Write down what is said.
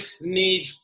need